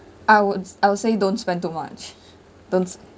I would s~ I would say don't spend too much don't